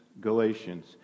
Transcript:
Galatians